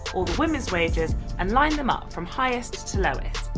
women's wages and line them up from highest to lowest.